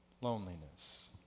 loneliness